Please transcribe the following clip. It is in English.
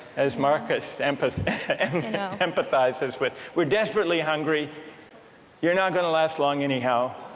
as marcus empathizes empathizes with we're desperately hungry you're not going to last long anyhow,